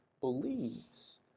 believes